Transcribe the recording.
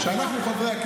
חיים ומדון ביד הלשון.